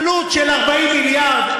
עלות של 40 מיליארד.